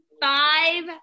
five